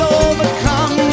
overcome